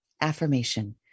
Affirmation